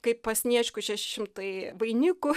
kaip pas sniečkų šeši šimtai vainikų